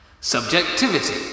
Subjectivity